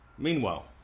Meanwhile